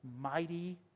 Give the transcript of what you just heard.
mighty